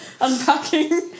unpacking